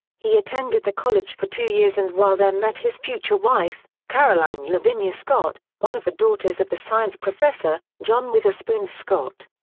he attended the college for two years and while there met his future wife, caroline lavinia scott, one of the daughters of the science professor, john witherspoon scott.